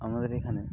আমাদের এখানে